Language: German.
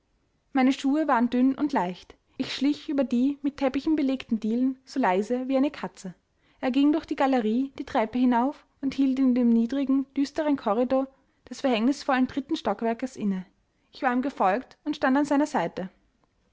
meine schuhe waren dünn und leicht ich schlich über die mit teppichen belegten dielen so leise wie eine katze er ging durch die galerie die treppe hinauf und hielt in dem niedrigen düsteren korridor des verhängnisvollen dritten stockwerks inne ich war ihm gefolgt und stand an seiner seite